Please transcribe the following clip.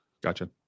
Gotcha